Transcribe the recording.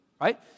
right